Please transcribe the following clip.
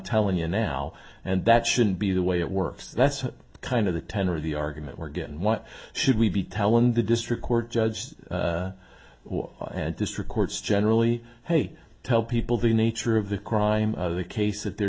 telling you now and that shouldn't be the way it works that's kind of the tenor of the argument we're getting what should we be telling the district court judge and this records generally hey tell people the nature of the crime of the case that they're